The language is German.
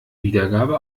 wiedergabe